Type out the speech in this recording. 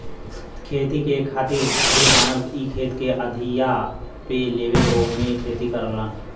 खेती करे खातिर भी जालन इ खेत के अधिया पे लेके ओमे खेती करलन